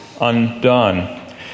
undone